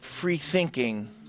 free-thinking